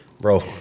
Bro